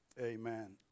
Amen